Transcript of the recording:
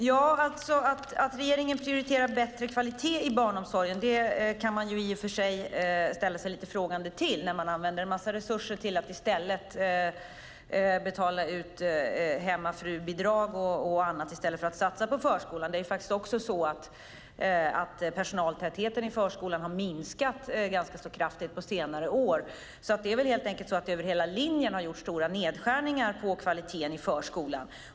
Herr talman! Att regeringen prioriterar bättre kvalitet i barnomsorgen ställer jag frågande till när man använder en massa resurser till att betala ut hemmafrubidrag och annat i stället för att satsa på förskolan. Personaltätheten i förskolan har dessutom minskat ganska kraftigt på senare år. Det har med andra ord gjorts stora nedskärningar över hela linjen på kvaliteten i förskolan.